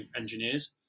engineers